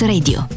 Radio